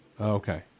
Okay